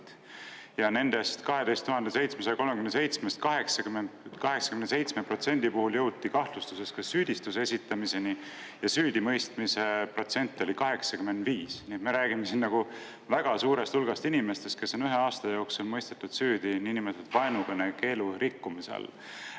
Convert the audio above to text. ja nendest 12 737-st 87% puhul jõuti kahtlustusest ka süüdistuse esitamiseni ja süüdimõistmise protsent oli 85. Nii et me räägime väga suurest hulgast inimestest, kes on ühe aasta jooksul mõistetud süüdi niinimetatud vaenukõnekeelu rikkumise